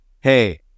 hey